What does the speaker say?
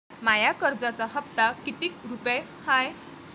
माया कर्जाचा हप्ता कितीक रुपये हाय?